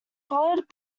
followed